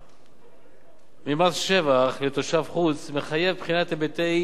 ממס שבח לתושב חוץ מחייב בחינת היבטי מיסוי בין-לאומי,